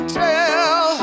tell